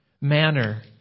manner